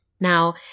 Now